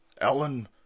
Ellen